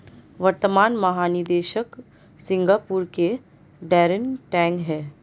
वर्तमान महानिदेशक सिंगापुर के डैरेन टैंग हैं